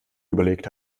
überlegt